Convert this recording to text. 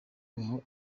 wawe